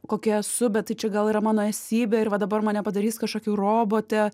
kokia esu bet tai čia gal yra mano esybė ir va dabar mane padarys kažkokių robote